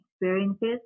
experiences